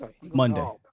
Monday